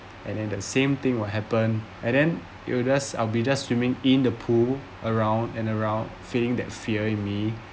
and then the same thing will happen and then it will just I'll be just swimming in the pool around and around feeling that fear in me